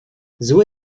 zły